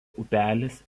upelis